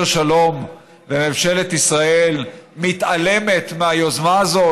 שלום וממשלת ישראל מתעלמת מהיוזמה הזו,